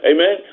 Amen